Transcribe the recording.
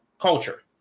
culture